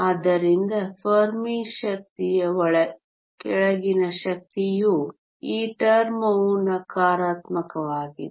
ಆದ್ದರಿಂದ ಫೆರ್ಮಿ ಶಕ್ತಿಯ ಕೆಳಗಿನ ಶಕ್ತಿಯು ಈ termವು ನಕಾರಾತ್ಮಕವಾಗಿದೆ